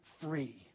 free